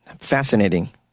Fascinating